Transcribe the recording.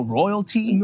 royalty